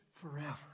forever